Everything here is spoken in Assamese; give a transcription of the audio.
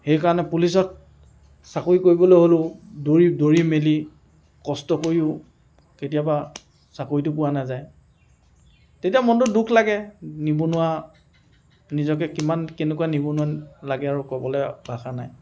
সেইকাৰণে পুলিচত চাকৰি কৰিবলৈ হ'লেও দৌৰি মেলি কষ্ট কৰিও কেতিয়াবা চাকৰিটো পোৱা নাযায় তেতিয়া মনটো দুখ লাগে নিবনুৱা নিজকে কিমান কেনেকুৱা নিবনুৱা লাগে আৰু ক'বলৈ ভাষা নাই